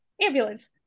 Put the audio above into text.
Ambulance